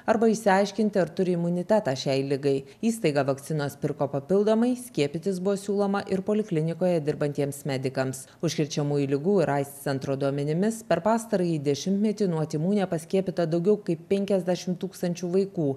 arba išsiaiškinti ar turi imunitetą šiai ligai įstaigą vakcinos pirko papildomai skiepytis buvo siūloma ir poliklinikoje dirbantiems medikams užkrečiamųjų ligų ir aids centro duomenimis per pastarąjį dešimtmetį nuo tymų nepaskiepyta daugiau kaip penkiasdešimt tūkstančių vaikų